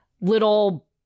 little